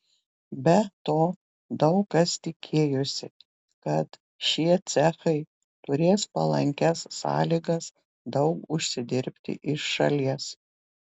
be to daug kas tikėjosi kad šie cechai turės palankias sąlygas daug užsidirbti iš šalies